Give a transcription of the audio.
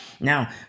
Now